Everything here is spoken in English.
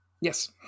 yes